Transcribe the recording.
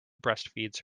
breastfeeds